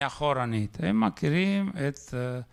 ‫אחורנית, הם מכירים את...